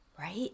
right